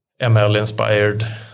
ML-inspired